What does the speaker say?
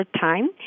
time